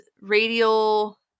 radial